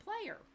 Player